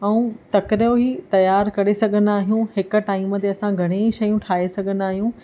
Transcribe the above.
ऐं तकिड़ो ई तयार करे सघंदा आहियूं हिकु टाइम ते असां घणेई शयूं ठाहे सघंदा आहियूं